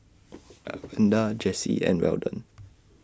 Evander Jesse and Weldon